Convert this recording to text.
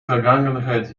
vergangenheit